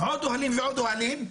עוד אוהלים ועוד אוהלים.